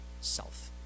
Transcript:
self